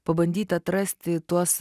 pabandyti atrasti tuos